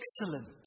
excellent